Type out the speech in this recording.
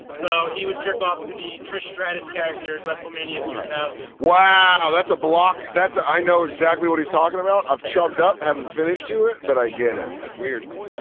so he would jerk off to the trish stratus character in wrestlemania two thousand. wow! that's a block that's ah i know exactly what he's talkin' about. i've chubbed up, haven't finished to it, but i get it. that's weird.